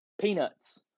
peanuts